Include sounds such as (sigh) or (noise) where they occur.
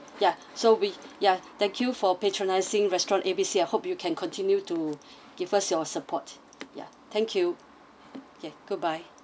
ya so we ya thank you for patronising restaurant A B C I hope you can continue to (breath) give us your support ya thank you ya goodbye